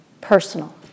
personal